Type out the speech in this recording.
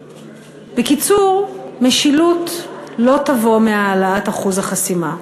בקיצור, משילות לא תבוא מהעלאת אחוז החסימה.